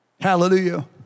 Hallelujah